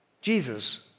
Jesus